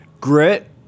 Grit